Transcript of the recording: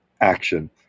action